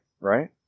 right